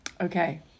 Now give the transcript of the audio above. okay